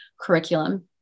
curriculum